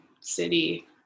city